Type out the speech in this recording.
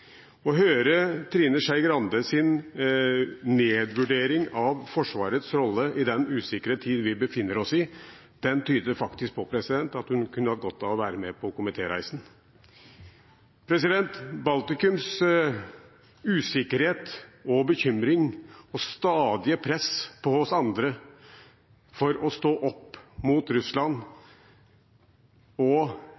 Trine Skei Grandes nedvurdering av Forsvarets rolle i den usikre tid vi befinner oss i, tyder faktisk på at hun kunne hatt godt av å være med på komitéreisen. Baltikums usikkerhet og bekymring og stadige press på oss andre for å stå opp mot Russland